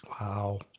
wow